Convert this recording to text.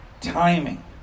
Timing